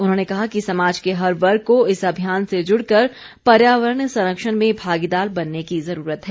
उन्होंने कहा कि समाज के हर वर्ग को इस अभियान से जुड़कर पर्यावरण संरक्षण में भागीदार बनने की ज़रूरत है